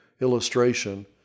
illustration